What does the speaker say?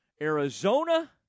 Arizona